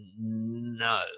No